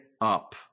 up